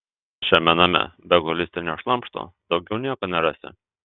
šiame name be holistinio šlamšto daugiau nieko nerasi